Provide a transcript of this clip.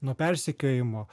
nuo persekiojimo